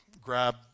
grab